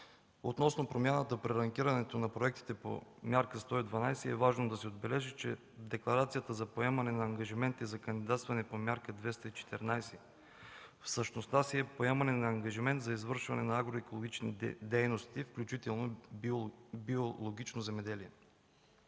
Относно промяната при ранкирането на проектите по Мярка 112 е важно да се отбележи, че декларацията за поемане на ангажименти за кандидатстване по Мярка 214 в същността си е поемане на ангажимент за извършване на агроекологичните дейности, включително и биологично земеделие.